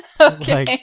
okay